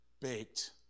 baked